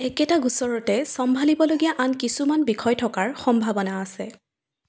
একেটা গোচৰতে চম্ভালিবলগীয়া আন কিছুমান বিষয় থকাৰ সম্ভাৱনা আছে